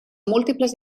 múltiples